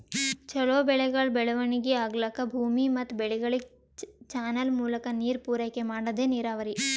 ಛಲೋ ಬೆಳೆಗಳ್ ಬೆಳವಣಿಗಿ ಆಗ್ಲಕ್ಕ ಭೂಮಿ ಮತ್ ಬೆಳೆಗಳಿಗ್ ಚಾನಲ್ ಮೂಲಕಾ ನೀರ್ ಪೂರೈಕೆ ಮಾಡದೇ ನೀರಾವರಿ